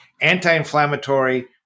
anti-inflammatory